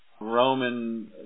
Roman